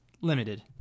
limited